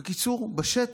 בקיצור, בשטח.